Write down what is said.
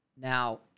Now